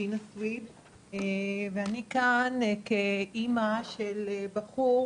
גינה סוויד ואני כאן כאמא של בחור